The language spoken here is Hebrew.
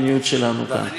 אני מאוד מודה לך.